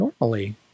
Normally